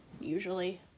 usually